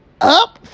up